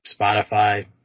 Spotify